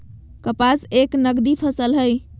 कपास एक नगदी फसल हई